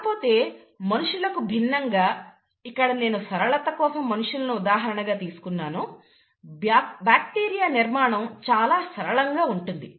కాకపోతే మనుష్యులకు భిన్నంగా ఇక్కడ నేను సరళత కోసం మనుష్యులను ఉదాహరణగా తీసుకున్నాను బ్యాక్టీరియా నిర్మాణం చాలా సరళంగా ఉంటుంది